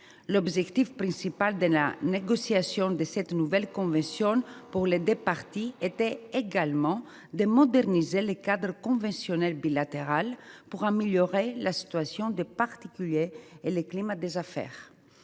L’objectif principal de la négociation de ce nouveau texte pour les deux parties était également de moderniser le cadre conventionnel bilatéral pour améliorer la situation des particuliers et le climat des affaires.